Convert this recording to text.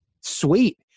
sweet